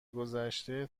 گذشته